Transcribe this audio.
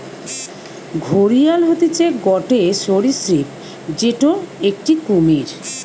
ঘড়িয়াল হতিছে গটে সরীসৃপ যেটো একটি কুমির